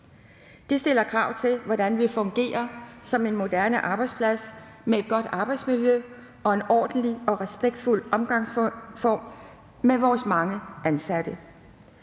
Det stiller krav til, hvordan vi fungerer som en moderne arbejdsplads med et godt arbejdsmiljø og en ordentlig og respektfuld omgangsform med vores mange ansatte.